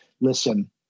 listen